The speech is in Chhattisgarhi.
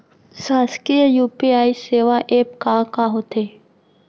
शासकीय यू.पी.आई सेवा एप का का होथे?